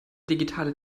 digitale